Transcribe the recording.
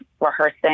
rehearsing